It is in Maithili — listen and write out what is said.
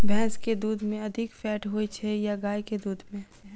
भैंस केँ दुध मे अधिक फैट होइ छैय या गाय केँ दुध में?